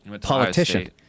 politician